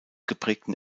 geprägten